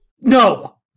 No